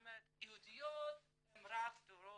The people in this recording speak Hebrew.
זאת אומרת יהודיות הן רק ---,